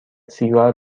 سیگار